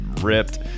ripped